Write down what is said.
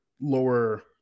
lower